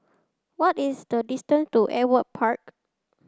what is the distance to Ewart Park